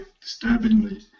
disturbingly